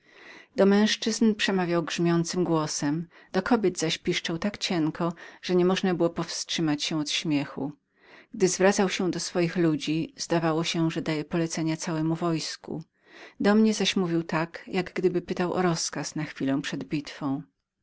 do męzczyzn przemawiał grzmiącym głosem do kobiet zaś piszczał tak cienko że nie można było powstrzymać się od śmiechu gdy zwracał się do swoich ludzi zdawało się że dawał rozkazy całemu wojsku do mnie zaś mówił jak gdyby pytał o radę na chwilę przed bitwą